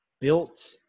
built